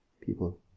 people